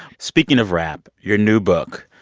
speaking of rap, your new book,